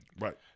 right